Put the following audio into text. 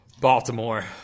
Baltimore